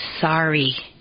sorry